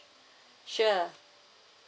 sure